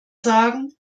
sagen